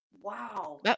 wow